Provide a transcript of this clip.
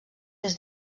des